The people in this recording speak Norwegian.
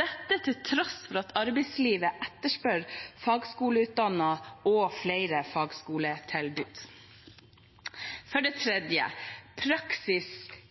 dette til tross for at arbeidslivet etterspør fagskoleutdannede og flere fagskoletilbud. For det tredje: Praksis